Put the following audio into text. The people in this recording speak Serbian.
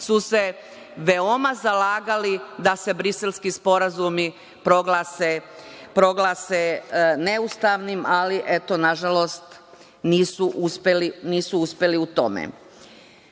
su se veoma zalagali da se briselski sporazumi proglase neustavnim. Ali, eto, nažalost nisu uspeli u tome.U